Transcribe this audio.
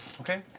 Okay